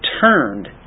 turned